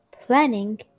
Planning